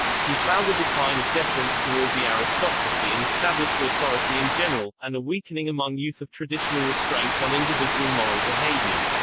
he found a decline of deference toward the aristocracy and established authority in general, and a weakening among youth of traditional restraints on individual moral behavior.